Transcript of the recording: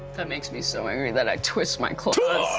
that makes me so angry that i twist my claws.